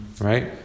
Right